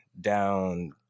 down